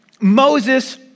Moses